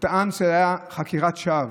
הוא טען שזו הייתה חקירת שווא.